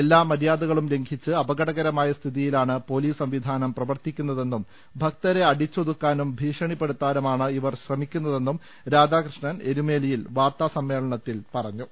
എല്ലാ മര്യാദകളും ലംഘിച്ച് അപകടകരമായ സ്ഥിതിയിലാണ് പോലീസ് സംവിധാനം പ്രവർത്തിക്കുന്നതെന്നും ഭക്തരെ അടിച്ചൊതുക്കാനും ഭീഷണിപ്പെടുത്താനും ആണ് അവർ ശ്രമിക്കുന്നതെന്നും രാധാകൃഷ്ണൻ എരുമേലിയിൽ വാർത്താസമ്മേളനത്തിൽ പറഞ്ഞു